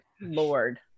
lord